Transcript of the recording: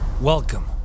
welcome